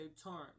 torrent